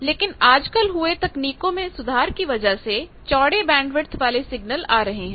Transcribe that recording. लेकिन आजकल हुए तकनीकों में सुधार की वजह से चौढ़े बैंडविड्थ वाले सिग्नल आ रहे हैं